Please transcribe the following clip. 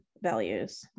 values